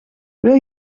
wil